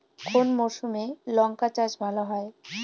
কোন মরশুমে লঙ্কা চাষ ভালো হয়?